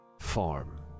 Farm